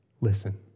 listen